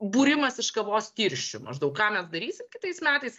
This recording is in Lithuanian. būrimas iš kavos tirščių maždaug ką mes darysim kitais metais